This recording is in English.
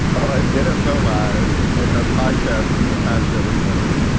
and nfl lives and her podcast, the meta chyme show with linny,